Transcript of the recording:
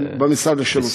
במשרד לשירותי דת.